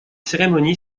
cérémonie